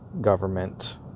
government